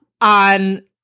on